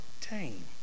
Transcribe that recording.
tame